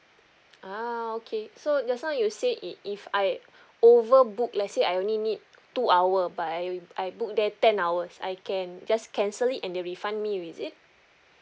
ah okay so just now you said if if I overbook let's say I only need two hour but I I book there ten hours I can just cancel it and they refund me is it